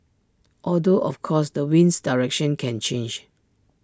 although of course the wind's direction can change